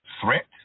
threat